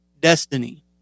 destiny